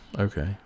okay